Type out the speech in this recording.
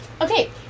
Okay